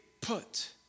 put